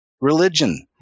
religion